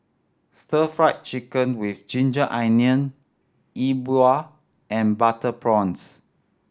Stir Fried Chicken with ginger onion Yi Bua and butter prawns